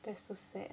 that's so sad